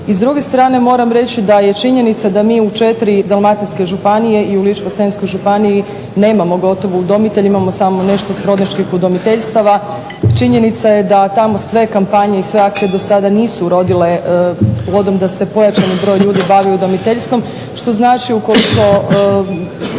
I s druge strane moram reći da je činjenica da mi u 4 dalmatinske županije i u Ličko-senjskoj županiji nemamo gotovo udomitelje imamo samo nešto srodnjačkih udomiteljstava, činjenica je da tamo sve kampanje i sve akcije dosada nisu urodile plodom da se pojačani broj ljudi bavi udomiteljstvom što znači ukoliko